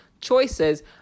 choices